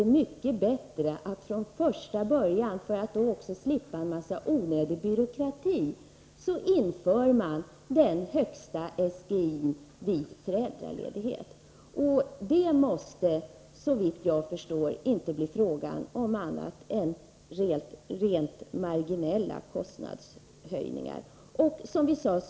Vi tycker att det är mycket bättre, för att slippa en massa onödig byråkrati, att från första början införa den högsta SGI:n vid föräldraledighet. Det måste, såvitt jag förstår, inte bli fråga om annat än rent marginella kostnadshöjningar.